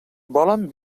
volen